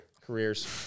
careers